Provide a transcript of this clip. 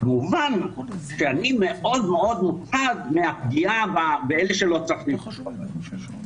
כמובן שאני מאוד מאוד מוטרד מהפגיעה באלה שלא צריך לפגוע.